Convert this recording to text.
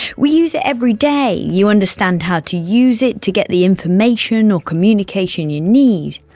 we use it every day, you understand how to use it to get the information or communication you need,